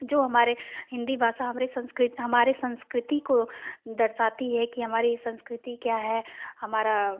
जो हमारे हिन्दी भाषा हमारे संस्कृत् हमारे संस्कृति को दर्शाती है कि हमारे संस्कृति क्या है हमारा